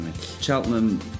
Cheltenham